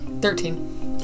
Thirteen